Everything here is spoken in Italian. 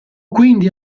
quindi